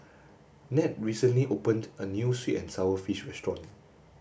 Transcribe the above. Nat recently opened a new sweet and sour fish restaurant